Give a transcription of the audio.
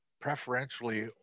preferentially